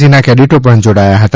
સીના કેડેટો પણ જોડાયા હતા